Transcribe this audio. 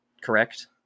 correct